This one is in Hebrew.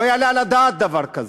לא יעלה על הדעת דבר כזה.